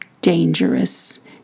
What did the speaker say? dangerous